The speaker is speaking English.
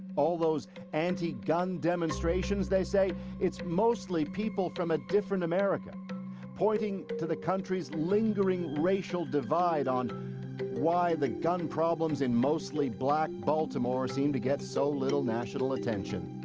all of those anti-gun demonstrations they say is mostly people from a different america pointing to the country's lingering racial divide on why the gun problems in mostly black baltimore seem to get so little national attention.